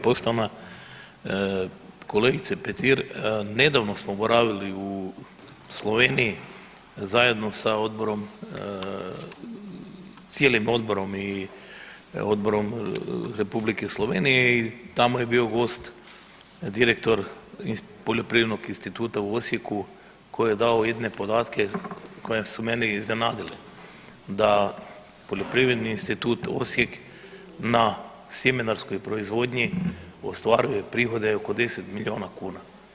Poštovana kolegice Petir nedavno smo boravili u Sloveniji zajedno sa odborom, cijelim odborom i odborom Republike Slovenije i tamo je bio gost direktor Poljoprivrednog instituta u Osijeku koji je dao jedne podatke koji su mene iznenadili da Poljoprivredni institut Osijek na sjemenarskoj proizvodnji ostvaruje prihode oko 10 milijuna kuna.